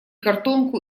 картонку